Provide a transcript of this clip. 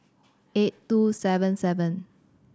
eight two seven seven